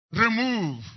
Remove